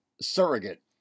surrogate